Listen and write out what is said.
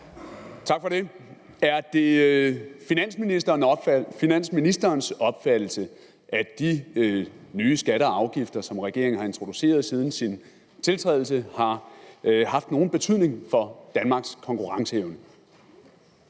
Tak for det. Er det finansministerens opfattelse, at de nye skatter og afgifter, som regeringen har introduceret siden sin tiltrædelse, har haft nogen betydning for Danmarks konkurrenceevne?